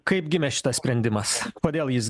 kaip gimė šitas sprendimas kodėl jis